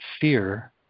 fear